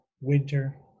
winter